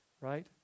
right